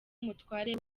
umutware